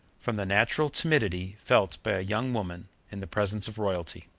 from the natural timidity felt by a young woman in the presence of royalty.